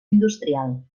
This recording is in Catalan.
industrial